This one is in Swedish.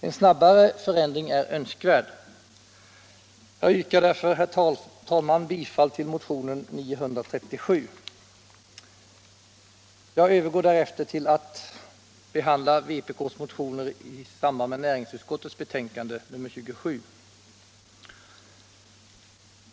En snabbare förändring är önskvärd. Jag yrkar därför, herr talman, bifall till motionen 937. Jag övergår därefter till att behandla vpk:s motioner i samband med näringsutskottets betänkande nr 27.